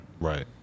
Right